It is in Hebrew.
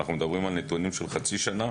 אנחנו מדברים על נתונים של חצי שנה.